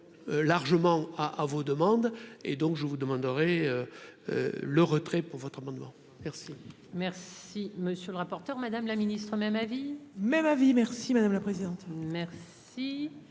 largement à à vos demandes et donc je vous demanderai le retrait pour votre amendement. Merci,